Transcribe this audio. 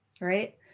right